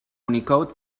unicode